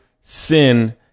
sin